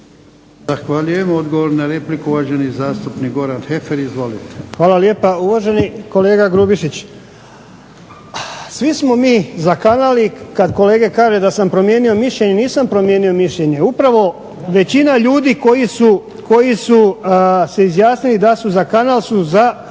Zahvaljujem. Odgovor na repliku uvaženi zastupnik Goran Heffer, izvolite. **Heffer, Goran (SDP)** Hvala lijepa. Uvaženi kolega Grubišić svi smo mi za kanal i kad kolega kaže da sam promijenio mišljenje, nisam promijenio mišljenje, upravo većina ljudi koji su se izjasnili da su za kanal su